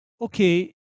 okay